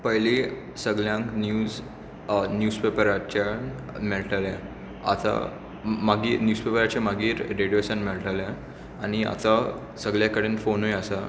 पयलीं सगल्यांक निव्ज निव्जपेपराच्या मेळटालें आतां मागीर निवजपेपराच्या मागीर रेडिओसान मेळटालें आनी आतां सगले कडेन फोनूय आसा